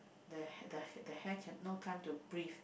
the hair the hair the hair have no time to breathe